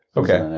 okay.